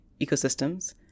ecosystems